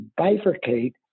bifurcate